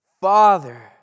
Father